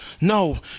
No